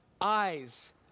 Eyes